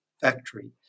factory